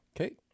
Okay